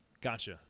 Gotcha